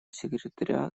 секретаря